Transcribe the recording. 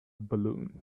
balloon